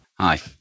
Hi